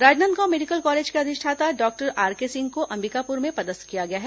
Rajnandgaon medical college के अधिष्ठाता doctor R K Singh को अंबिकापुर में पदस्थ किया गया है